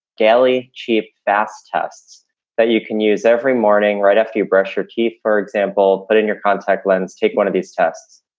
gayly cheap, fast tests that you can use every morning right after you brush your teeth. for example, put in your contact lens, take one of these tests.